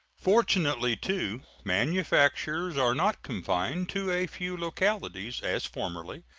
fortunately, too, manufactures are not confined to a few localities, as formerly,